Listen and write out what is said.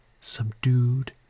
subdued